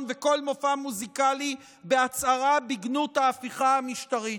וכל מופע מוזיקלי בהצהרה בגנות ההפיכה המשטרית.